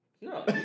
No